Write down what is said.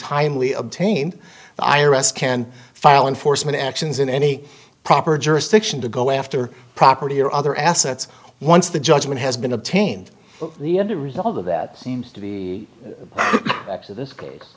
timely obtained i r s can file enforcement actions in any proper jurisdiction to go after property or other assets once the judgment has been obtained the end result of that seems to be to this c